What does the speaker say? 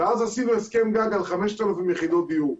ואז עשינו הסכם גג על 5,000 יחידות דיור,